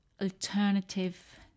alternative